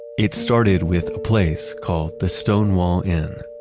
it started with a place called the stonewall inn.